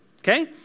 Okay